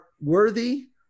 worthy